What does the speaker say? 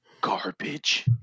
garbage